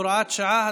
הוראות שעה),